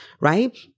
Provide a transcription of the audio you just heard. right